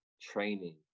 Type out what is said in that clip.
training